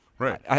Right